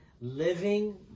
living